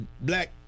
black